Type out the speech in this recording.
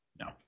No